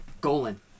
Golan